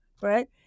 right